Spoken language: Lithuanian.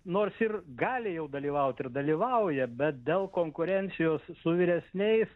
nors ir gali jau dalyvaut ir dalyvauja bet dėl konkurencijos su vyresniais